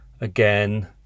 again